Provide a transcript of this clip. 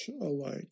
alike